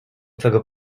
twego